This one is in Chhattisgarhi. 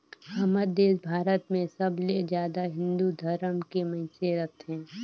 हमर देस भारत मे सबले जादा हिन्दू धरम के मइनसे रथें